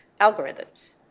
algorithms